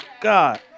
God